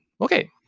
Okay